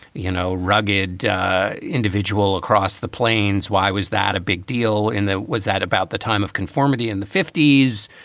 you know, rugged individual across the plains, why was that a big deal in there? was that about the time of conformity in the fifty s?